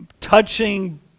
touching